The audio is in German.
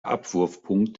abwurfpunkt